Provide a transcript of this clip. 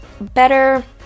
better